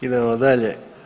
Idemo dalje.